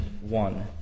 one